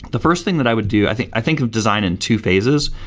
the first thing that i would do, i think i think of design in two phases.